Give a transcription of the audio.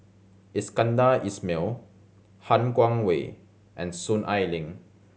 Iskandar Ismail Han Guangwei and Soon Ai Ling